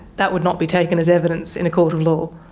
that would not be taken as evidence in a court of law.